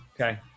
Okay